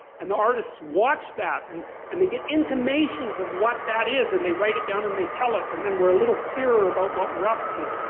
and the artists watch that and and they get intimations of what that is and they write it down and they tell us, and then we're a little clearer about what we're up to.